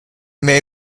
may